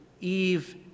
Eve